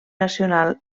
nacional